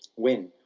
when,